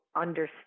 understand